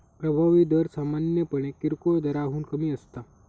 प्रभावी दर सामान्यपणे किरकोळ दराहून कमी असता